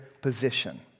position